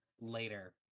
later